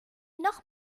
noch